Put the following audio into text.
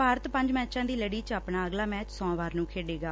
ਭਾਰਤ ਪੰਜ ਮੈਚਾਂ ਦੀ ਲੜੀ ਚ ਆਪਣਾ ਅਗਲਾ ਮੈਚ ਸੋਮਵਾਰ ਨੂੰ ਖੇਡੇਗਾ